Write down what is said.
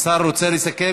בבקשה, אדוני השר יסכם